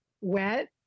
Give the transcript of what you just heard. Wet